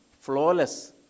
flawless